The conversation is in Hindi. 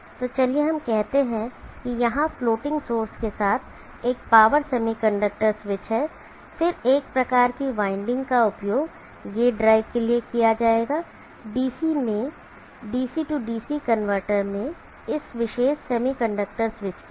तो चलिए हम कहते हैं यहाँ फ्लोटिंग सोर्स के साथ एक पावर सेमीकंडक्टर स्विच है फिर एक प्रकार की वाइंडिंग का उपयोग गेट ड्राइव के लिए किया जाएगा DC DC कनवर्टर में इस विशेष सेमीकंडक्टर स्विच के लिए